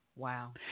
Wow